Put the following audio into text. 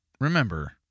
remember